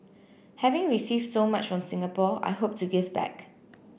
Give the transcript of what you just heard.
having received so much from Singapore I hope to give back